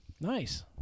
Nice